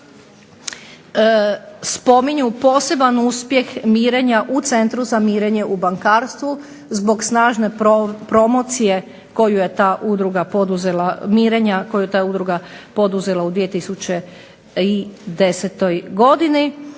spominju poseban uspjeh mirenja u Centru za mirenje u bankarstvu, zbog snažne promocije koju je ta udruga poduzela u 2010. godini.